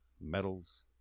medals